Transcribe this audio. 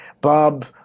Bob